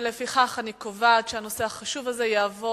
לפיכך אני קובעת שהנושא החשוב הזה יעבור